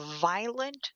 violent